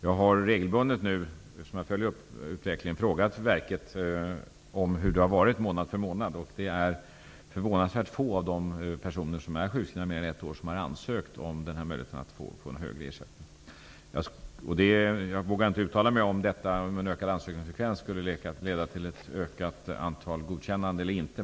Jag har regelbundet, eftersom jag följer denna utveckling, frågat Riksförsäkringsverket hur det har varit månad för månad. Det har visat sig vara förvånansvärt få personer som är sjukskrivna under mer än ett år och som har ansökt om att få en högre ersättning. Jag vågar inte uttala mig om huruvida en större ansökningsfrekvens skulle leda till ett ökat antal godkännanden eller inte.